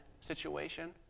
situation